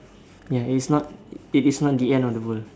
yes is not it is not the end of the world